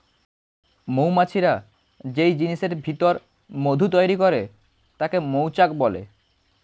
মৌমাছিরা যেই জিনিসের ভিতর মধু তৈরি করে তাকে মৌচাক বলে